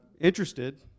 interested